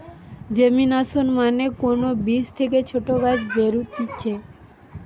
germination মানে কোন বীজ থেকে ছোট গাছ বেরুতিছে